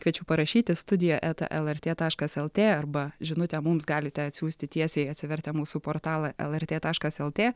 kviečiu parašyti studija eta lrt taškas lt arba žinutę mums galite atsiųsti tiesiai atsivertę mūsų portalą lrt taškas lt